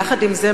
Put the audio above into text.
יחד עם זה,